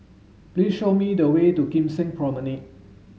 please show me the way to Kim Seng Promenade